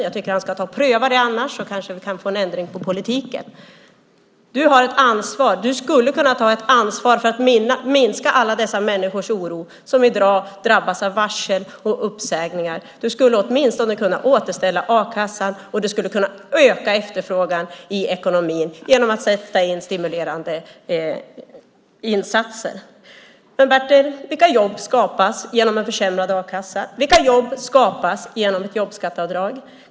Jag tycker att han ska ta och pröva det annars, så kanske vi kan få en ändring på politiken. Du har ansvar. Du skulle kunna ta ansvar för att minska oron hos alla dessa människor som i dag drabbas av varsel och uppsägningar. Du skulle åtminstone kunna återställa a-kassan, och du skulle kunna öka efterfrågan i ekonomin genom att sätta in stimulerande insatser. Men, Bertil, vilka jobb skapas genom en försämrad a-kassa? Vilka jobb skapas genom ett jobbskatteavdrag?